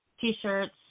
t-shirts